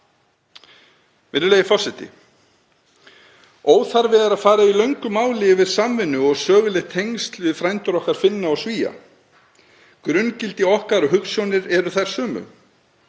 Virðulegi forseti. Óþarfi er að fara í löngu máli yfir samvinnu og söguleg tengsl við frændur okkar Finna og Svía. Grunngildi okkar og hugsjónir eru þær sömu.